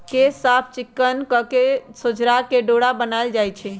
केश साफ़ चिक्कन कके सोझरा के डोरा बनाएल जाइ छइ